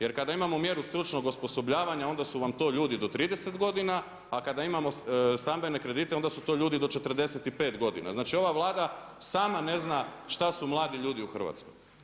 Jer kada imamo mjeru stručnog osposobljavanja, onda su vam to ljudi do 30 godina, a kada imamo stambene kredite onda su to ljudi do 45 godina, znači ova Vlada sama ne zna šta su mladi ljudi u Hrvatskoj.